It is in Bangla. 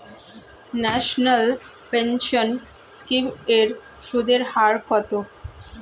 ন্যাশনাল পেনশন স্কিম এর সুদের হার কত?